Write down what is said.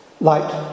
light